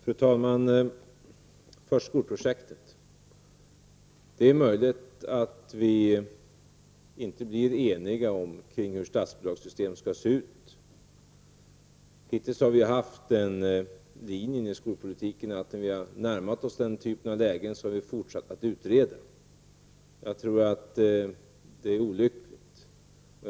Fru talman! Jag vill något kommentera skolprojektet. Det är möjligt att det inte går att uppnå enighet om hur statsbidragssystemet skall se ut. Hittills har vi följt den linjen i skolpolitiken att när vi har närmat oss den här typen av läge, så har vi fortsatt att utreda. Jag tror att detta är olyckligt.